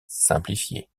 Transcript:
simplifié